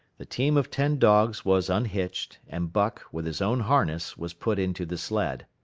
the team of ten dogs was unhitched, and buck, with his own harness, was put into the sled.